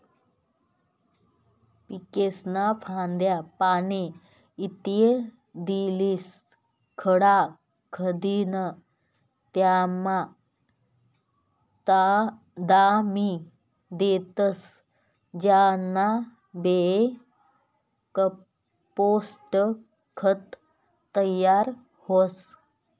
पीकेस्न्या फांद्या, पाने, इत्यादिस्ले खड्डा खंदीन त्यामा दाबी देतस ज्यानाबये कंपोस्ट खत तयार व्हस